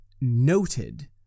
noted